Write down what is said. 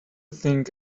think